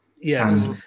yes